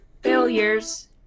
failures